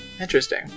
Interesting